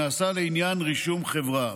שנעשה לעניין רישום חברה.